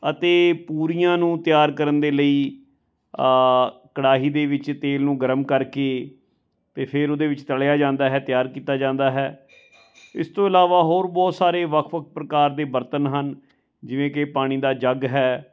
ਅਤੇ ਪੂਰੀਆਂ ਨੂੰ ਤਿਆਰ ਕਰਨ ਦੇ ਲਈ ਕੜਾਹੀ ਦੇ ਵਿੱਚ ਤੇਲ ਨੂੰ ਗਰਮ ਕਰਕੇ ਅਤੇ ਫਿਰ ਉਹਦੇ ਵਿੱਚ ਤਲਿਆ ਜਾਂਦਾ ਹੈ ਤਿਆਰ ਕੀਤਾ ਜਾਂਦਾ ਹੈ ਇਸ ਤੋਂ ਇਲਾਵਾ ਹੋਰ ਬਹੁਤ ਸਾਰੇ ਵੱਖ ਵੱਖ ਪ੍ਰਕਾਰ ਦੇ ਬਰਤਨ ਹਨ ਜਿਵੇਂ ਕਿ ਪਾਣੀ ਦਾ ਜੱਗ ਹੈ